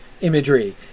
imagery